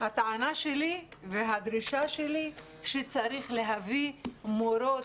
הטענה שלי והדרישה שלי היא שצריך להביא מורות